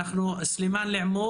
אנחנו לקראת סיום,